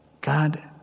God